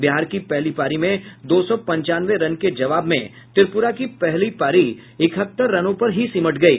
बिहार की पहली पारी में दो सौ पचानवे रन के जवाब में त्रिपुरा की पहली पारी इकहत्तर रनों पर सिमट गयी